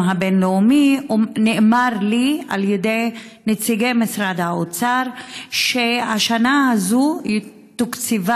הבין-לאומי נאמר לי על ידי נציגי משרד האוצר שהשנה הזאת תוקצבה